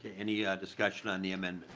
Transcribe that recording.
any yeah discussion on the um and